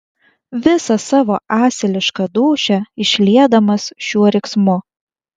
visą savo asilišką dūšią išliedamas šiuo riksmu